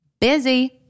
busy